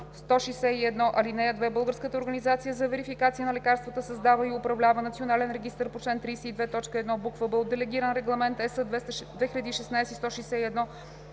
2016/161. (2) Българската организация за верификация на лекарствата създава и управлява Национален регистър по чл. 32, т. 1, буква „б“ от Делегиран регламент (ЕС) 2016/161,